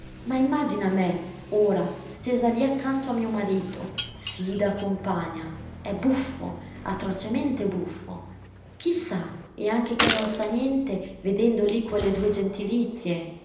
ma immagina me ora stesa lì accanto a mio marito fida compagna è buffo atrocemente buffo chi sa e anche chi non sa niente vedendo lì quelle due gentilizie